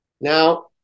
Now